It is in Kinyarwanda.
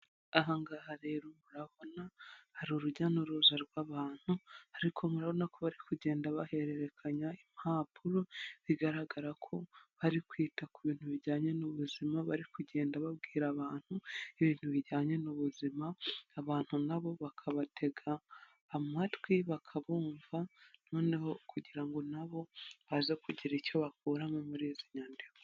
Aha hanga rero murabona hari urujya n'uruza rw'abantu ariko murabona ko bari kugenda bahererekanya impapuro bigaragara ko bari kwita ku bintu bijyanye n'ubuzima, bari kugenda babwira abantu ibintu bijyanye n'ubuzima, abantu nabo bakabatega amatwi bakabumva noneho kugira ngo nabo baze kugira icyo bakuramo muri izi nyandiko.